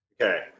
Okay